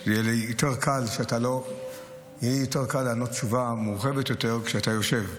יהיה לי קל יותר לענות תשובה מורחבת יותר כשאתה יושב.